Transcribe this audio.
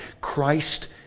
Christ